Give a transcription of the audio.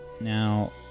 now